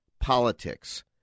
politics